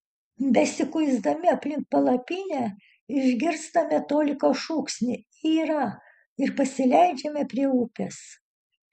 besikuisdami aplink palapinę išgirstame toliko šūksnį yra ir pasileidžiame prie upės